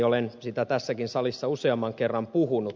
olen siitä tässäkin salissa useamman kerran puhunut